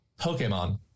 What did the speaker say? Pokemon